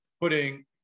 putting